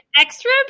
extra